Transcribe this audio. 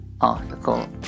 article